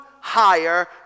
higher